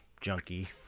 junkie